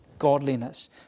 godliness